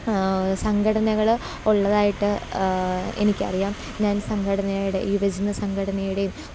സംഘടനകൾ ഉള്ളതായിട്ട് എനിക്കറിയാം ഞാൻ സംഘടനയുടെ യുവജന സംഘടനയുടെയും